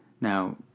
Now